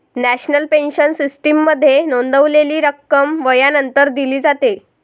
national pension सिस्टीममध्ये नोंदवलेली रक्कम वयानंतर दिली जाते